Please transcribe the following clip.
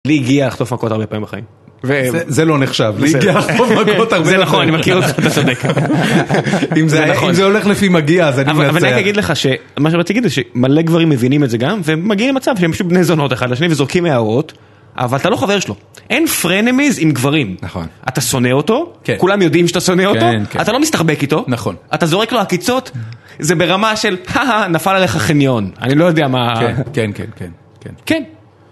לי הגיע לחטוף מכות הרבה פעמים בחיים. -זה לא נחשב, לי הגיע לחטוף מכות הרבה פעמים בחיים. -זה נכון, אני מכיר אותך, אתה צודק. -אם זה הולך לפי מגיע, אז אני מנצח. -אבל אני אגיד לך, מה שרציתי להגיד זה שמלא גברים מבינים את זה גם ומגיעים למצב שהם פשוט בני זונות אחד לשני וזורקים הערות, אבל אתה לא חבר שלו. אין פרנימיז עם גברים. אתה שונא אותו, כולם יודעים שאתה שונא אותו, אתה לא מסתחבק איתו, אתה זורק לו עקיצות, זה ברמה של נפל עליך חניון. אני לא יודע מה. כן, כן, כן.